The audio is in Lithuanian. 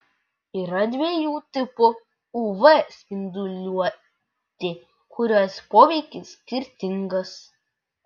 yra dviejų tipų uv spinduliuotė kurios poveikis skirtingas